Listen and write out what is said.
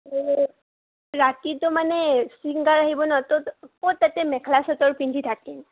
ৰাতিতো মানে ছিংগাৰ আহিব ন তো ক'ত তাতে মেখেলা চাদৰ পিন্ধি থাকিম